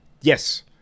yes